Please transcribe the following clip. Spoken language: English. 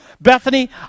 Bethany